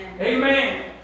Amen